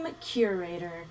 curator